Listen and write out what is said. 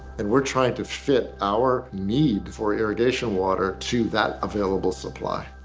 and we're trying to fit our need for irrigation water to that available supply.